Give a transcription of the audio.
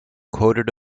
quoted